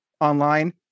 online